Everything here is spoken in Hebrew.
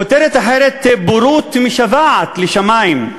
כותרת אחרת: בורות משוועת לשמים.